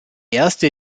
erste